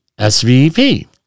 SVP